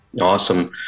Awesome